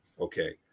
okay